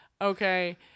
Okay